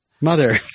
Mother